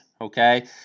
Okay